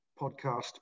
podcast